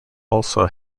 also